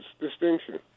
distinction